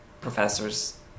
professors